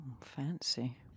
fancy